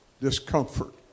discomfort